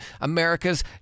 America's